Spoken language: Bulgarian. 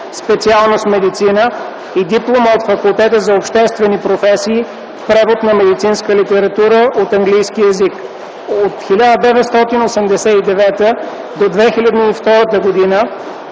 специалност „Медицина” и диплома от Факултета за обществени професии – превод на медицинска литература от английски език. От 1989 г. до 2002 г.